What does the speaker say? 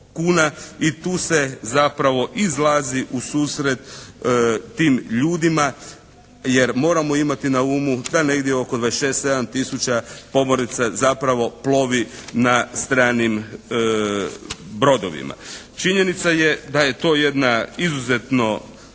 i tu se zapravo izlazi u susret tim ljudima, jer moramo imati na umu da negdje oko 26, 27 000 pomoraca zapravo plovi na stranim brodovima. Činjenica je da je to jedna izuzetno